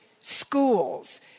schools